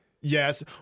Yes